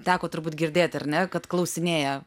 teko turbūt girdėt ar ne kad klausinėja